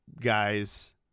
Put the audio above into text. guys